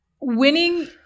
winning